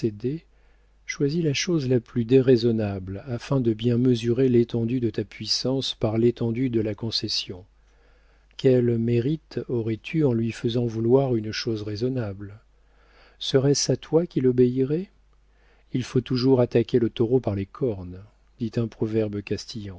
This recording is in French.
choisis la chose la plus déraisonnable afin de bien mesurer l'étendue de ta puissance par l'étendue de la concession quel mérite aurais-tu en lui faisant vouloir une chose raisonnable serait-ce à toi qu'il obéirait il faut toujours attaquer le taureau par les cornes dit un proverbe